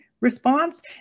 response